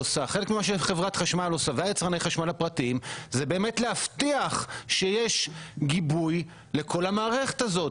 חברת החשמל ויצרני החשמל הפרטיים זה להבטיח שיש גיבוי לכל המערכת הזו.